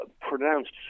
pronounced